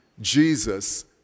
Jesus